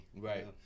Right